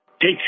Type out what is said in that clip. Take